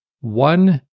one